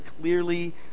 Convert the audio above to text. clearly